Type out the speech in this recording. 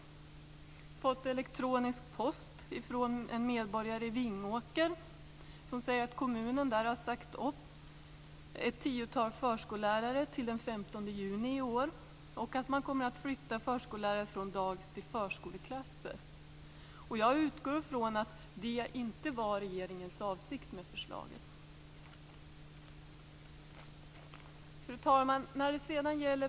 Jag har fått elektronisk post från en medborgare i Vingåker som säger att kommunen där har sagt upp ett tiotal förskollärare till den 15 juni i år och att man kommer att flytta förskollärare från dagis till förskoleklasser. Jag utgår från att detta inte var regeringens avsikt med förslaget.